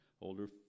older